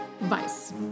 Vice